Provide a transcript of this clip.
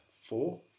four